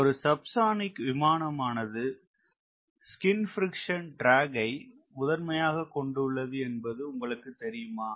ஒரு சப்சானிக் விமானத்தில் ஆனது ஸ்கின் பிரிக்க்ஷன் ட்ராக் ஐ முதன்மையாக கொண்டுள்ளது என்பது உங்களுக்கு தெரியுமா